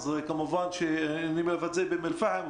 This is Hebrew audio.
אז כמובן שאני רואה את באום אל-פחם,